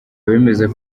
abemeza